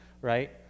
right